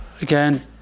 Again